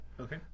Okay